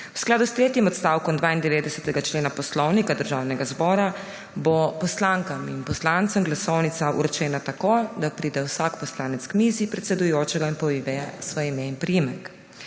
V skladu s tretjim odstavkom 92. člena Poslovnika Državnega zbora bo poslankam in poslancem glasovnica vročena tako, da pride vsak poslanec k mizi predsedujočega in pove svoje ime in priimek.